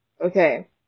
Okay